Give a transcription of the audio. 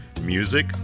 music